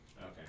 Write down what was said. okay